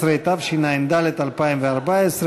13), התשע"ד 2014,